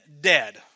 dead